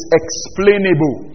explainable